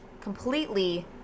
completely